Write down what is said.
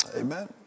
Amen